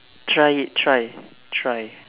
try it try try